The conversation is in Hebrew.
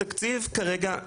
התקציב כרגע,